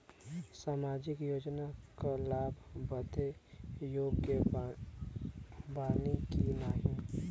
सामाजिक योजना क लाभ बदे योग्य बानी की नाही?